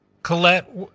Colette